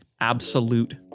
absolute